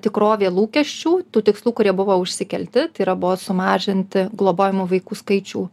tikrovė lūkesčių tų tikslų kurie buvo užsikelti tai yra buvo sumažinti globojamų vaikų skaičių